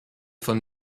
von